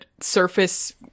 surface